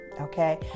okay